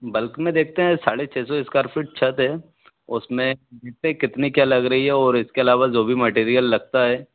bulk में देखते हैं साढ़े छः सौ एस्क्वाइर फिट छत्त है और उसमें कितने क्या लग रही है और इसके अलावा जो भी मटेरियल लगता है